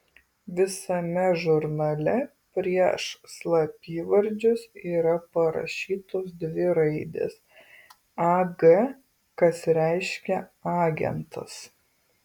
visame žurnale prieš slapyvardžius yra parašytos dvi raidės ag kas reiškia agentas